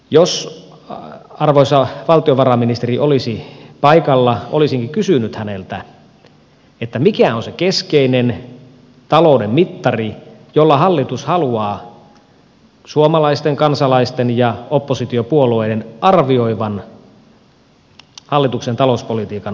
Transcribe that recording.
jos arvoisa valtiovarainministeri olisi paikalla olisinkin kysynyt häneltä mikä on se keskeinen talouden mittari jolla hallitus haluaa suomalaisten kansalaisten ja oppositiopuolueiden arvioivan hallituksen talouspolitiikan onnistumista